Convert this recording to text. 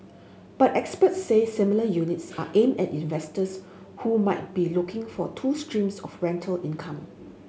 but experts say smaller units are aimed at investors who might be looking for two streams of rental income